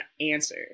answer